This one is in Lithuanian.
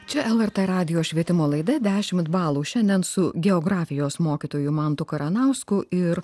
čia lrt radijo švietimo laida dešimt balų šiandien su geografijos mokytoju mantu karanausku ir